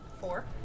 Four